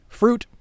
fruit